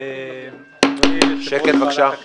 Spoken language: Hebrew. אדוני יושב-ראש ועדת הכנסת,